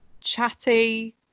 chatty